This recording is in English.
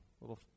Little